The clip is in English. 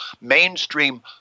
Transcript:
mainstream